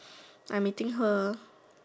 I meeting her